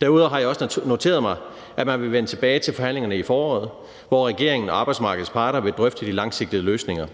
Derudover har jeg også noteret mig, at man vil vende tilbage til forhandlingerne i foråret, hvor regeringen og arbejdsmarkedets parter vil drøfte de langsigtede løsninger,